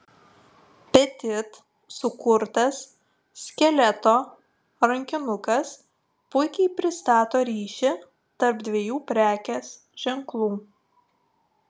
petit sukurtas skeleto rankinukas puikiai pristato ryšį tarp dviejų prekės ženklų